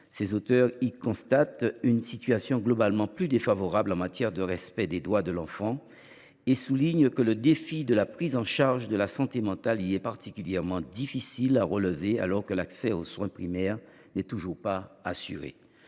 Les auteurs y constatent « une situation globalement plus défavorable en matière de respect des droits de l’enfant » et soulignent que le défi de la prise en charge de la santé mentale y est particulièrement difficile à relever alors que l’accès aux soins primaires n’est pas toujours assuré.